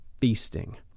feasting